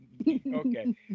Okay